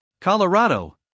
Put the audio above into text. Colorado